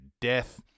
death